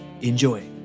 Enjoy